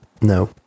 no